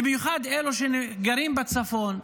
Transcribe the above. במיוחד אלה שגרים בצפון,